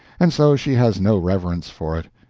and so she has no reverence for it.